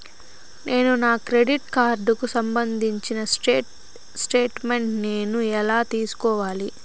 నేను నా క్రెడిట్ కార్డుకు సంబంధించిన స్టేట్ స్టేట్మెంట్ నేను ఎలా తీసుకోవాలి?